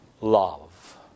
love